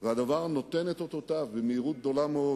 והדבר נותן את אותותיו במהירות גדולה מאוד.